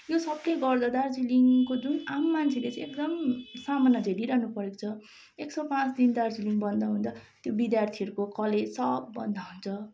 यो सबले गर्दा दार्जिलिङको जुन आम मान्छेले चाहिँ एकदम सामना झेलिरहनु परेको छ एक सौ पाँच दिन दार्जिलिङ बन्द भन्दा त्यो विद्यार्थीहरूको कलेज सब बन्द हुन्छ